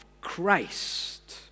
Christ